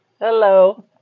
Hello